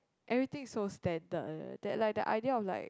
everything is so standard that like the idea of like